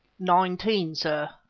nineteen, sir,